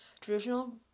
Traditional